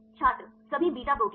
छात्र सभी beta protein